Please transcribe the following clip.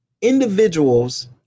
Individuals